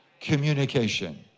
communication